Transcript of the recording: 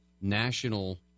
national